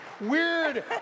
weird